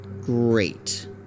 great